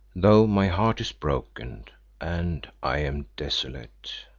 though my heart is broken and i am desolate.